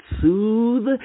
soothe